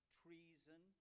treason